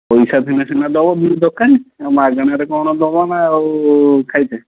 ପଇସା ଥିଲେ ସିନା ଦେବ ଦୋକାନୀ ଆଉ ମାଗଣାରେ କ'ଣ ଦେବ ନା ଆଉ ଖାଇତେ